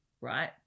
right